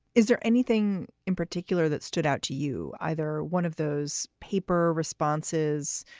is there anything in particular that stood out to you? either one of those paper responses.